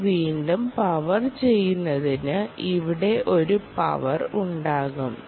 ഇത് വീണ്ടും പവർ ചെയ്യുന്നതിന് ഇവിടെ ഒരു പവർ ഉണ്ടാകും